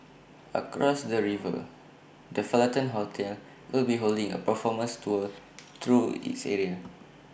across the river the Fullerton hotel will be holding A performance tour through its area